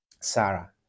Sarah